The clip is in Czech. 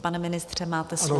Pane ministře, máte slovo.